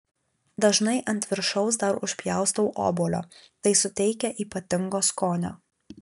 dažnai ant viršaus dar užpjaustau obuolio tai suteikia ypatingo skonio